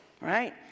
right